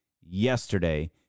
yesterday